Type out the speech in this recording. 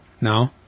no